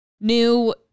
new